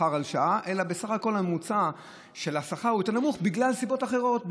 אלא בסך הכול הממוצע של השכר הוא יותר נמוך בגלל סיבות אחרות,